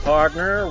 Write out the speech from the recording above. Partner